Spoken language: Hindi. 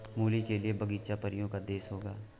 मूली के लिए बगीचा परियों का देश होगा